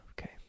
okay